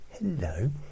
Hello